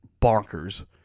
bonkers